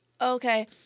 okay